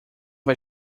vai